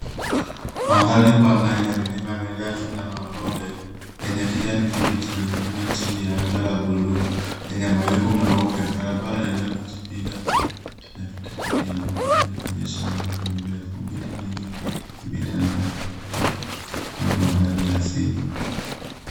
Mandhari pana yenye milima mirefu na mabonde yenye kijani kibichi inaonekana chini ya anga la blue lenye mawingu meupe. Barabara inayojipinda inapita kati ya bonde hili ikionyesha umbali mrefu. Miti mingi imetandaa kote ikipamba mandhari asili.